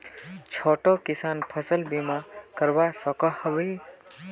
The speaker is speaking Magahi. छोटो किसान फसल बीमा करवा सकोहो होबे?